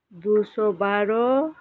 ᱫᱩᱥᱚ ᱵᱟᱨᱚ